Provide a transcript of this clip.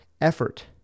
effort